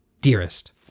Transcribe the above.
Dearest